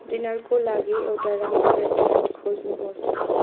डिनरको लागि एउटा राम्रो रेस्टुरेन्ट खोज्नुहोस्